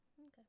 Okay